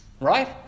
right